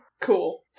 Cool